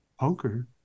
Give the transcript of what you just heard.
Punker